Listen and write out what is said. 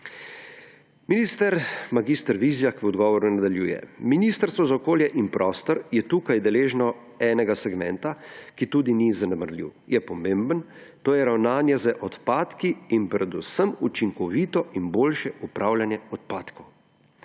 Minister mag. Vizjak v odgovoru nadaljuje: »Ministrstvo za okolje in prostor je tukaj deležno enega segmenta, ki tudi ni zanemarljiv. Je pomemben, to je ravnanje z odpadki in predvsem učinkovito in boljše upravljanje odpadkov.